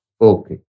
Okay